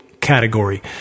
category